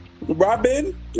Robin